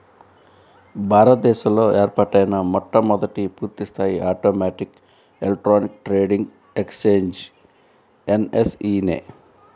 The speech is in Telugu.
భారత దేశంలో ఏర్పాటైన మొట్టమొదటి పూర్తిస్థాయి automatic electronic trading exchange NSE నే